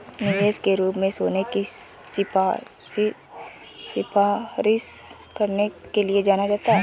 निवेश के रूप में सोने की सिफारिश करने के लिए जाना जाता है